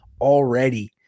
already